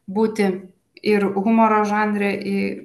būti ir humoro žanre i